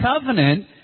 covenant